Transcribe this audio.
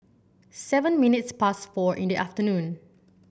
seven minutes past four in the afternoon